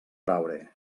traure